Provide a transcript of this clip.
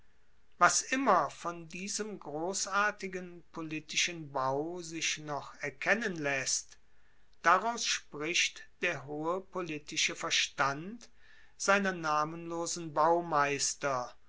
was immer von diesem grossartigen politischen bau sich noch erkennen laesst daraus spricht der hohe politische verstand seiner namenlosen baumeister